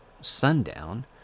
sundown